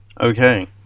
Okay